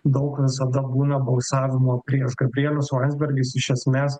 daug visada būna balsavimo prieš gabrielius landsbergis iš esmės